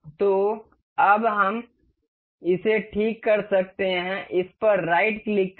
तो अब हम इसे ठीक कर सकते हैं इस पर राइट क्लिक करें